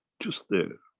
just there.